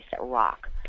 rock